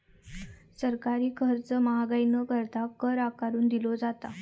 सरकारी खर्च महागाई न करता, कर आकारून दिलो जाता